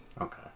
Okay